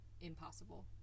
impossible